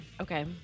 Okay